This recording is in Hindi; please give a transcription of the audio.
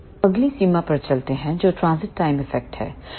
अब अगली सीमा पर चलते हैं जो ट्रांजिट टाइम इफ़ेक्ट है